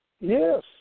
Yes